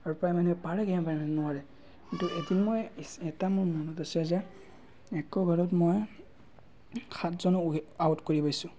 আৰু প্ৰায় মানুহে পাৰে নোৱাৰে কিন্তু এদিন মই এটা মোৰ মনত আছে যে এক অভাৰত মই সাতজনক আউট কৰি পাইছোঁ